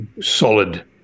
solid